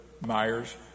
Myers